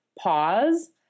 pause